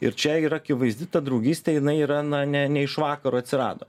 ir čia yra akivaizdi ta draugystė jinai yra na ne ne iš vakaro atsirado